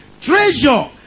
Treasure